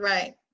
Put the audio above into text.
Right